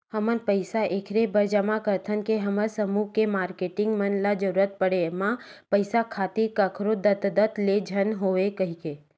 हमन पइसा ऐखरे बर जमा करथन के हमर समूह के मारकेटिंग मन ल जरुरत पड़े म पइसा खातिर कखरो दतदत ले झन होवय कहिके